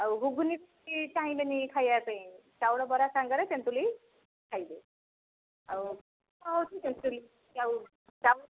ଆଉ ଘୁଗୁନି ବି ଚାହିଁବେନି ଖାଇବା ପାଇଁ ଚାଉଳ ବରା ସାଙ୍ଗରେ ତେନ୍ତୁଳି ଖାଇବେ ଆଉ ମୁଖ୍ୟ ହେଉଛି ତେନ୍ତୁଳି ଆଉ ଚାଉଳ